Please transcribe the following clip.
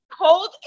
cold